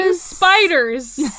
spiders